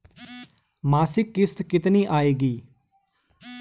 मासिक किश्त कितनी आएगी?